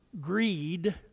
greed